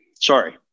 Sorry